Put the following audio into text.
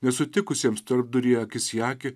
nesutikusiems tarpdury akis į akį